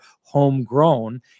homegrown